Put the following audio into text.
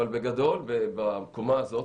בגדול בקומה הזאת,